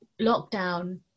lockdown